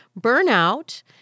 burnout